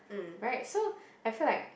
right so I feel like